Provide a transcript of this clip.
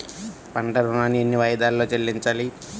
పంట ఋణాన్ని ఎన్ని వాయిదాలలో చెల్లించాలి?